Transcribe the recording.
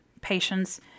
patience